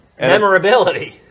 Memorability